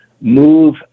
move